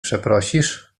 przeprosisz